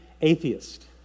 atheist